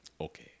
okay